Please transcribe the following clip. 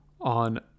on